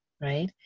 right